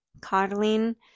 coddling